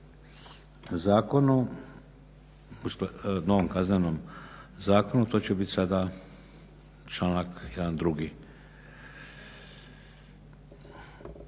članka po novom Kaznenom zakonu, to će biti članak jedan drugi.